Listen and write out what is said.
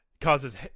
causes